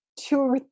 Two